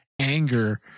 anger